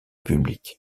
public